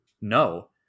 No